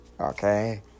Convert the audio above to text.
Okay